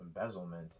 embezzlement